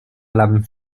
lame